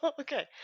Okay